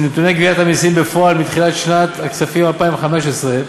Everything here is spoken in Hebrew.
מנתוני גביית המסים בפועל מתחילת שנת הכספים 2015,